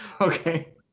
Okay